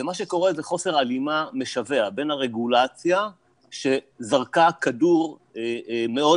מה שקורה זה חוסר הלימה משווע בין הרגולציה שזרקה כדור מאוד